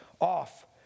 off